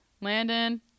landon